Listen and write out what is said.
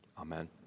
Amen